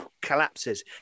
collapses